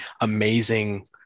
amazing